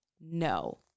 no